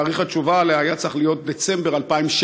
תאריך התשובה עליה היה צריך להיות דצמבר 2016,